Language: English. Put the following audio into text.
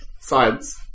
science